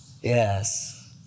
Yes